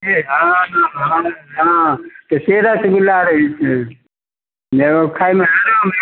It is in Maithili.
जे हँ हँ तऽ से रसगुल्ला रहैत छै जाहिमे खाइमे आराम एकदम